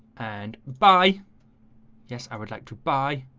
and buy yes, i would like to buy